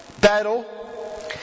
battle